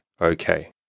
okay